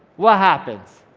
what happens?